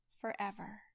forever